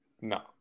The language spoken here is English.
no